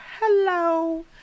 hello